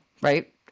right